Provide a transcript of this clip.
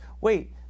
Wait